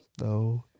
No